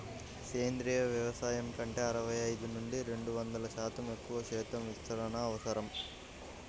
సేంద్రీయ వ్యవసాయం కంటే అరవై ఐదు నుండి రెండు వందల శాతం ఎక్కువ క్షేత్ర విస్తీర్ణం అవసరం